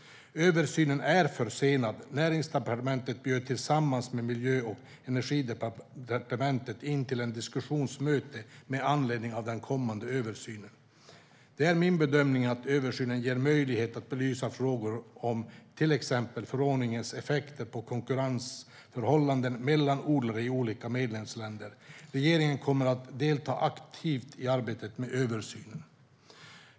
Översynen är försenad. Näringsdepartementet bjöd tillsammans med Miljö och energidepartementet in till ett diskussionsmöte med anledning av den kommande översynen. Det är min bedömning att översynen ger möjlighet att belysa frågor om, till exempel, förordningens effekter på konkurrensförhållanden mellan odlare i olika medlemsländer. Regeringen kommer att delta aktivt i arbetet med översynen.